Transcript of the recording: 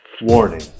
Warning